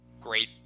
great